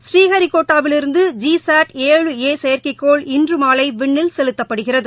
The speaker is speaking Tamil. ஸ்ரீஹரிகோட்டாவிலிருந்து ஜி சாட் ஏழு ஏ செயற்கைக்கோள் வாகனம் இன்றுமாலைவிண்ணில் செலுத்தப்படுகிறது